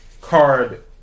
card